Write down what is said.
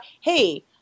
hey